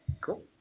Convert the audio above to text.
Cool